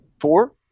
four